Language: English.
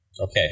Okay